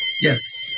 Yes